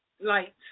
Light